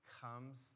comes